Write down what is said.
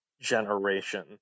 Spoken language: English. generation